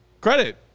credit